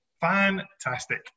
Fantastic